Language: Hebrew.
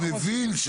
אני מבין.